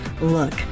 Look